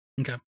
okay